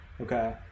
Okay